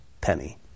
penny